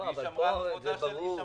זה ברור.